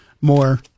more